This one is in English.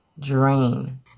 Drain